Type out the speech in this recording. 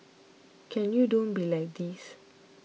can you don't be like this